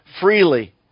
freely